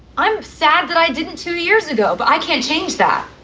i'm sad that i didn't two years ago. but i can't change that